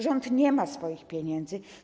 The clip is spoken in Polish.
Rząd nie ma swoich pieniędzy.